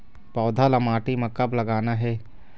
पौधा ला माटी म कब लगाना हे?